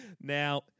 Now